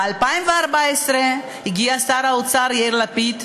ב-2014 הגיע שר האוצר יאיר לפיד,